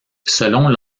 selon